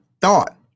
thought